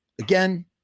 again